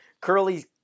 Curly